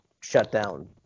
shutdown